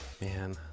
man